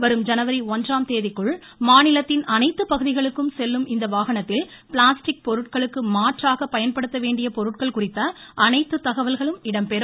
வரும் ஜனவரி ஒன்றாம் தேதிக்குள் மாநிலத்தின் அனைத்து பகுதிகளுக்கும் செல்லும் இந்த வாகனத்தில் பிளாஸ்டிக் பொருட்களுக்கு மாற்றாக பயன்படுத்த வேண்டிய பொருட்கள் குறித்த அனைத்து தகவல்களும் இடம்பெறும்